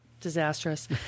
Disastrous